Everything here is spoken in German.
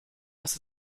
das